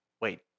Wait